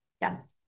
Yes